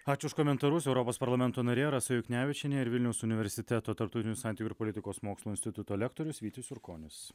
ačiū už komentarus europos parlamento narė rasa juknevičienė ir vilniaus universiteto tarptautinių santykių ir politikos mokslų instituto lektorius vytis jurkonis